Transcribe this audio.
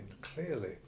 clearly